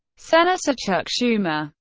senator chuck schumer,